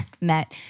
met